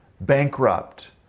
bankrupt